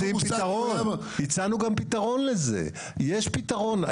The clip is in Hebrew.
הצענו גם פתרון לזה, יש פתרון.